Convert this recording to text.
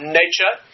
nature